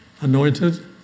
anointed